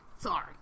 sorry